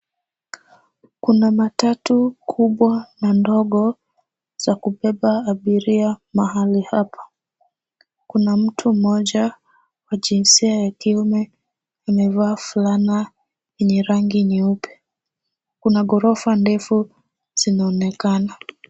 Kuna matatu kubwa na ndogo za kubeba abiria mahali hapa. Kuna mtu mmoja wa jinsia ya kiume amevaa fulana yenye rangi nyeupe. Kuna ghorofa ndefu zinaonekana.